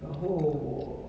oh